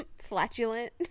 Flatulent